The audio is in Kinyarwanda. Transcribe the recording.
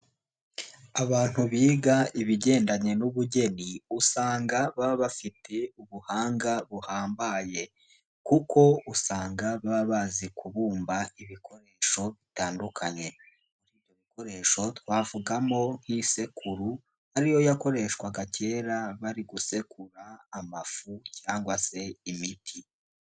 Abantu biga ibigendanye n'ubugeni, usanga baba bafite ubuhanga buhambaye kuko usanga baba bazi kubumba ibikoresho bitandukanye, ibyo bikoresho twavugamo nk'isekuru, ariyo yakoreshwaga kera bari gusekura amafu cyangwa se imiti.